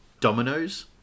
dominoes